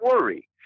worry